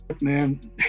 man